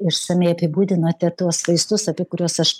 išsamiai apibūdinote tuos vaistus apie kuriuos aš